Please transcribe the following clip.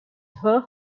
her